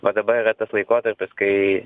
va dabar yra tas laikotarpis kai